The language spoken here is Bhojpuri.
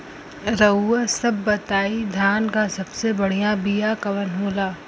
रउआ आप सब बताई धान क सबसे बढ़ियां बिया कवन होला?